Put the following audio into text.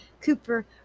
Cooper